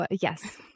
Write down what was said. yes